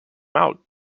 out